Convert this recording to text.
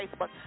Facebook